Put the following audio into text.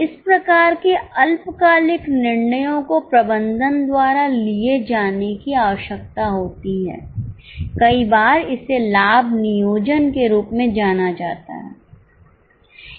इस प्रकार के अल्पकालिक निर्णयो को प्रबंधन द्वारा लिए जाने की आवश्यकता होती है कई बार इसे लाभ नियोजन के रूप में जाना जाता है